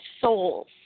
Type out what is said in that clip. souls